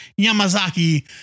Yamazaki